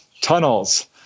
tunnels